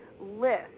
list